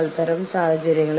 നിങ്ങൾ നിശബ്ദത പരിശീലിക്കുക